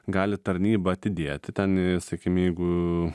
gali tarnybą atidėti ten sakim jeigu